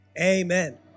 Amen